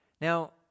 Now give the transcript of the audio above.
Now